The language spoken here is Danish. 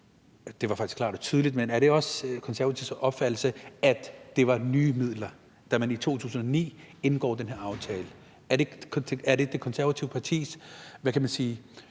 Det var faktisk klart og tydeligt, men er det også De Konservatives opfattelse, at der var tale om nye midler, da man i 2009 indgik den her aftale? Er det Det Konservative Folkepartis opfattelse,